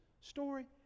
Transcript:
story